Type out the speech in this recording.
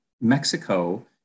Mexico